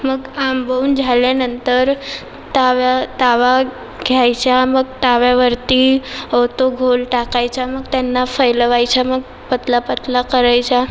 मग आंबवून झाल्यानंतर ताव्या तवा घ्यायचा मग तव्यावरती तो गोल टाकायचा मग त्यांना फैलवायचं मग पतला पतला करायचा